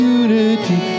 unity